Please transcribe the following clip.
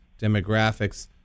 demographics